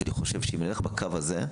שאני חושב שאם נלך בקו הזה,